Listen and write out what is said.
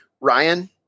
Ryan